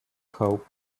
hope